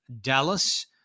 Dallas